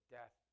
death